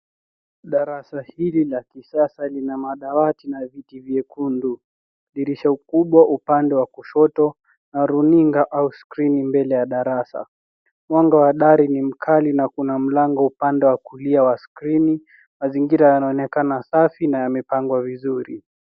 Darasa hili la kisasa lina madawati na viti vyekundu. Dirisha kubwa upande wa kushoto na runinga au skrini mbele ya darasa. Mwanga wa dari ni mkali na kuna mlango upande wa kulia wa skrini. Mazingira yanaonekana safi na yamepangwa vizuri.